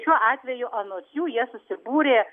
šiuo atveju anot jų jie susibūrė